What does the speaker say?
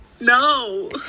no